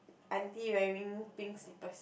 auntie wearing pink slippers